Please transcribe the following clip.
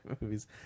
movies